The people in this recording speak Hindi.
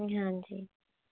हाँ जी